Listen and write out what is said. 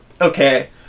Okay